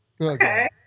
Okay